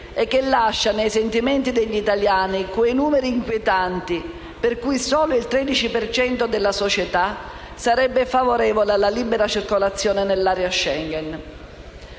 e che lascia nei sentimenti degli italiani quei numeri inquietanti per cui solo il 13 per cento della società sarebbe favorevole alla libera circolazione nell'area Schengen.